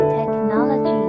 technology